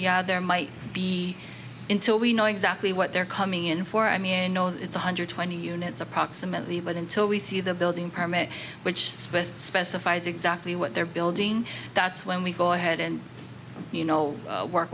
yeah there might be into we know exactly what they're coming in for i mean you know it's one hundred twenty units approximately but until we see the building permit which spent specifies exactly what they're building that's when we go ahead and you know work